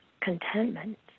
contentment